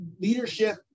leadership